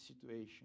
situation